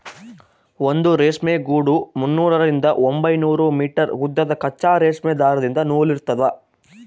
ಒಂದು ರೇಷ್ಮೆ ಗೂಡು ಮುನ್ನೂರರಿಂದ ಒಂಬೈನೂರು ಮೀಟರ್ ಉದ್ದದ ಕಚ್ಚಾ ರೇಷ್ಮೆ ದಾರದಿಂದ ನೂಲಿರ್ತದ